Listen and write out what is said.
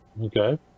Okay